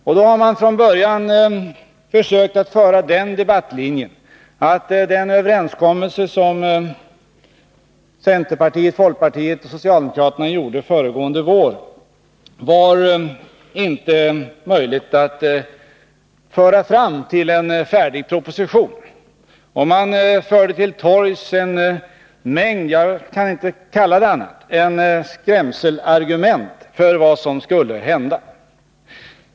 Man har från början försökt följa en debattlinje som gått ut på att den överenskommelse som centerpartiet, folkpartiet och socialdemokraterna gjorde föregående vår inte var möjlig att fortsätta fram till en färdig proposition. Man förde till torgs en mängd skrämselargument — jag kan inte kalla det annat — när det gällde vad som skulle hända.